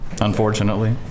Unfortunately